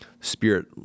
spirit